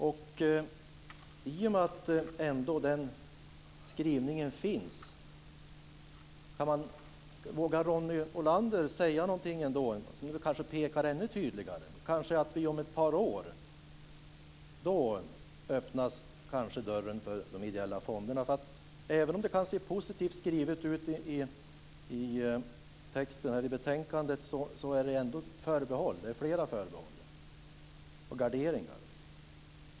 I och med att den skrivningen finns, vågar Ronny Olander peka ännu tydligare? Dörren för de ideella fonderna kanske öppnas om några år. Även om texten i betänkandet är positivt finns det flera förbehåll och garderingar.